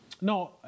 no